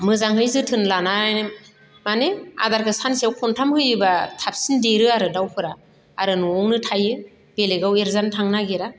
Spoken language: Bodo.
मोजाङै जोथोन लाना माने आदारखो सानसेयाव खनथाम होयोब्ला थाबसिन देरो आरो दाउफोरा आरो न'आवनो थायो बेलेगआव एरजानो थांनो नागेरा